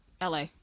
la